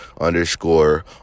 underscore